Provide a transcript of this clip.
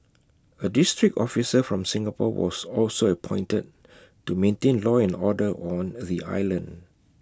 A district officer from Singapore was also appointed to maintain law and order on the island